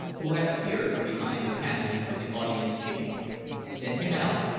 who had appeared from behind the paneling of the audience-chamber. send him out,